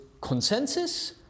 consensus